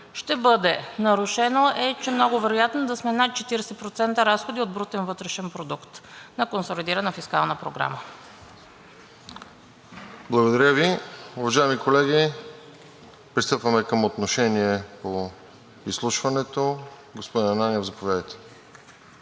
ще бъде нарушено, е, че много вероятно да сме над 40% разходи от брутен вътрешен продукт на консолидирана фискална програма. ПРЕДСЕДАТЕЛ РОСЕН ЖЕЛЯЗКОВ: Благодаря Ви. Уважаеми колеги, пристъпваме към отношение по изслушването. Господин Ананиев, заповядайте.